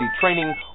training